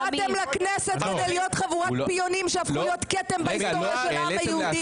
אתם כתם בהיסטוריה של העם היהודי.